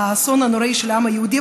האסון הנוראי של העם היהודי,